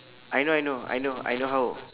I know I know I know I know how